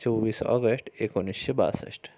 चोवीस ऑगस्ट एकोणीसशे बासष्ट